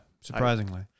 surprisingly